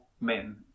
men